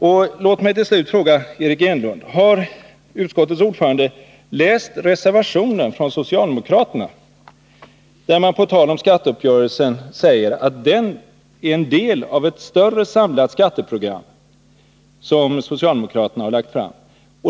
Och låt mig till slut fråga utskottets ordförande Eric Enlund: Har utskottets ordförande läst reservationen från socialdemokraterna, där de på tal om skatteuppgörelsen säger att den är en del av ett större samlat skatteprogram som socialdemokraterna har lagt fram.